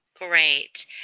Great